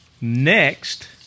Next